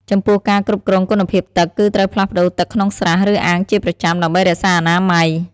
ចំពោះការគ្រប់គ្រងគុណភាពទឹក គឺត្រូវផ្លាស់ប្ដូរទឹកក្នុងស្រះ ឬអាងជាប្រចាំ ដើម្បីរក្សាអនាម័យ។